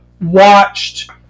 watched